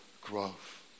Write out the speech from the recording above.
growth